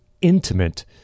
intimate